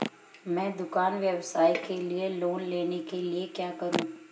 मैं दुकान व्यवसाय के लिए लोंन लेने के लिए क्या करूं?